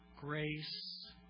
grace